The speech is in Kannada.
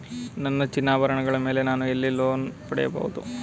ನನ್ನ ಚಿನ್ನಾಭರಣಗಳ ಮೇಲೆ ನಾನು ಎಲ್ಲಿ ಲೋನ್ ಪಡೆಯಬಹುದು?